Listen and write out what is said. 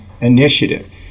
initiative